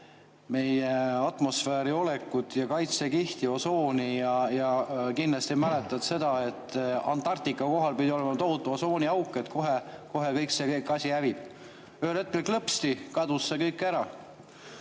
meie atmosfääri olekut ja kaitsekihti, osooni. Kindlasti mäletad seda, et Antarktika kohal pidi olema tohutu osooniauk, et kohe-kohe kogu see asi hävib. Ühel hetkel, klõpsti, kadus see kõik ära.